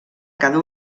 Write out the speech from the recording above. cada